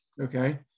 Okay